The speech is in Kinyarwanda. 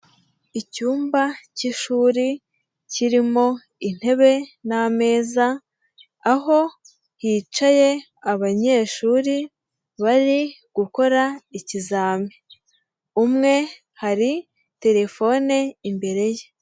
Icyumba cy'ishuri kirimo intebe n'ameza, aho hicaye abanyeshuri bari gukora ikizami, umwe hari telefone imbere ye.